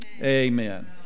Amen